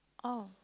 oh